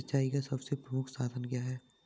सिंचाई का सबसे प्रमुख साधन क्या है?